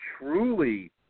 truly